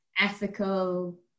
ethical